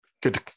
good